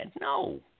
no